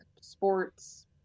sports